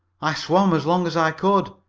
i swam as long as i could,